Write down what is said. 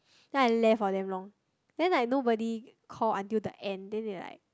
then I left for damn long then like nobody call until the end then they like